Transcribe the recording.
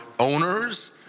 owners